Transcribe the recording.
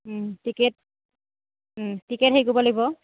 ticket ticket হেৰি কৰিব লাগিব